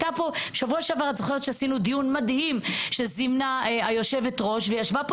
בשבוע שעבר ערכנו דיון מדהים שזימנה היושבת-ראש וישבה פה